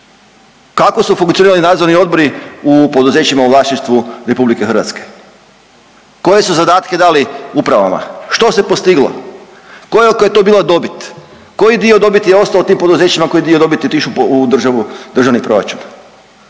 Kako su funkcionirali nadzorni odbori u poduzećima u vlasništvu RH? Koje su zadatke dali upravama? Što se postiglo? Koliko je to bila dobit? Koji dio dobiti je ostao u tim poduzećima, koji dio dobiti je otišao u državu, državni proračun?